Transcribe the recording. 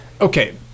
okay